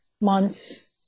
months